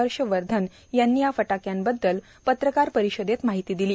हर्ष वर्धन यांनी या फटाक्यांबद्दल पत्रकार परिषदेत माहिती दिली